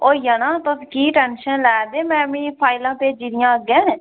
होई जाना तुस की टैंशन लैरदे में मी फाइलां भेज्जी दियां अग्गें